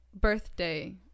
Birthday